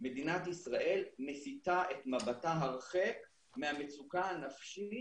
מדינת ישראל מסיטה את מבטה הרחק מהמצוקה הנפשית